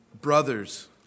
Brothers